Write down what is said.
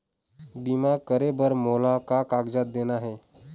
बीमा करे बर मोला का कागजात देना हे?